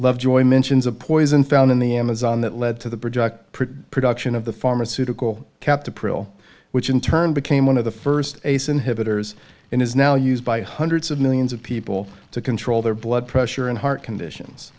lovejoy mentions a poison found in the amazon that led to the project production of the pharmaceutical capped approval which in turn became one of the first ace inhibitors and is now used by hundreds of millions of people to control their blood pressure and heart conditions